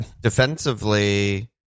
defensively